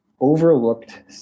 overlooked